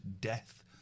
death